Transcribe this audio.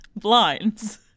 blinds